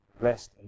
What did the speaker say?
Blessed